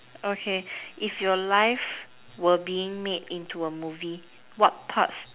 okay if your life were being made into a movie what part